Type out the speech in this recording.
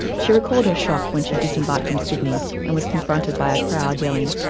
she recalled her shock when she disembarked in sydney and was confronted by a crowd yelling,